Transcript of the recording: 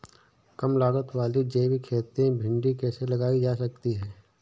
कम लागत वाली जैविक खेती में भिंडी कैसे लगाई जा सकती है?